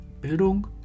Bildung